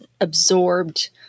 absorbed